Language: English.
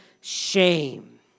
shame